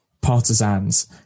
partisans